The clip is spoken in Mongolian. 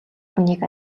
хүнийг